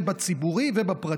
בציבורי ובפרטי.